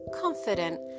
confident